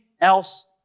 else